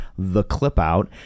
theclipout